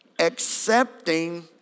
accepting